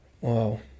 Wow